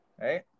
right